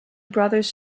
brothers